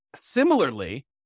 Similarly